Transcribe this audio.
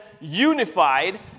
unified